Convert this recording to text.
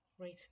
Right